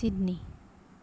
Sydney